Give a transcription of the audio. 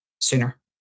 sooner